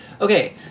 okay